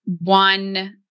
one